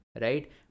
Right